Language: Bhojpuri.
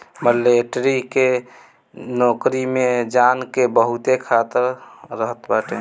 मलेटरी के नोकरी में जान के बहुते खतरा रहत बाटे